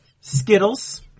skittles